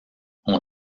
ont